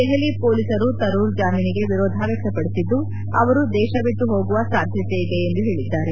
ದೆಹಲಿ ಪೊಲೀಸರು ತರೂರ್ ಜಾಮೀನಿಗೆ ವಿರೋಧ ವ್ಯಕ್ತಪಡಿಸಿದ್ದು ಅವರು ದೇಶ ಬಿಟ್ಟು ಹೋಗುವ ಸಾಧ್ಯತೆ ಇದೆ ಎಂದು ಹೇಳಿದ್ದಾರೆ